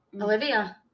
Olivia